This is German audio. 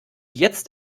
jetzt